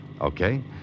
Okay